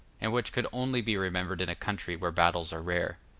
and which could only be remembered in a country where battles are rare.